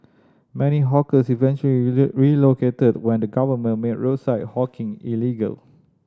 many hawkers eventually relocated when the government made roadside hawking illegal